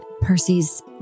Percy's